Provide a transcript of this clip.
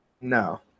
no